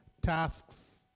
tasks